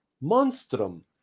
monstrum